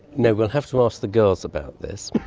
yeah we'll have to ask the girls about this.